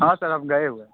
हाँ सर हम गए हुए हैं